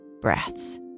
breaths